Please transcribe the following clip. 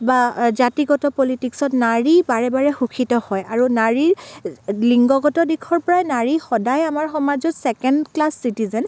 বা জাতিগত পলিটিকচত নাৰী বাৰে বাৰে শোষিত হয় আৰু নাৰী লিংগগত দিশৰ পৰাই নাৰী সদায় আমাৰ সমাজৰ চেকেণ্ড ক্লাছ চিটিজেন